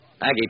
Aggie